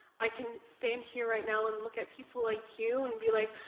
i can stand here right now and look at people like you and be like,